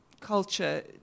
culture